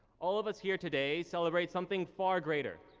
all of us here today celebrate something far greater.